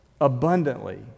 abundantly